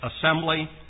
assembly